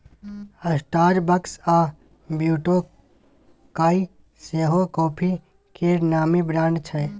Starbucks आ ब्लुटोकाइ सेहो coffee केर नामी ब्रांड छै